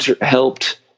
helped